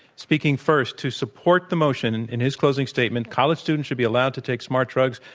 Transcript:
speaking first to support the motion in his closing statement, college students should be allowed to take smart drugs,